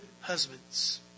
husbands